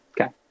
Okay